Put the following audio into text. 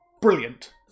Brilliant